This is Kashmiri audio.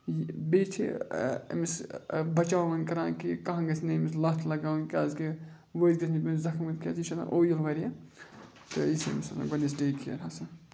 بیٚیہِ چھِ أمِس بَچاوان کَران کہِ کانٛہہ گژھِ نہٕ أمِس لَتھ لَگاوٕنۍ کیٛازکہِ ؤسۍ گژھِ نہٕ پیون زَخمٕتۍ کیٛازِ یہِ چھِ آسان اویُل واریاہ تہٕ یہِ چھِ أمِس آسان گۄڈٕنچ ٹیک کِیَر ہَسا